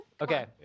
Okay